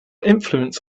influence